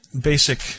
basic